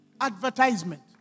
advertisement